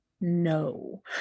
No